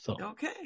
Okay